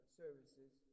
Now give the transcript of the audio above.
services